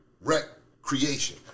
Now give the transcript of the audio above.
recreation